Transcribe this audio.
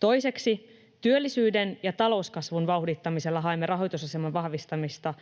Toiseksi, työllisyyden ja talouskasvun vauhdittamisella haemme rahoitusaseman vahvistamista